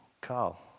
Carl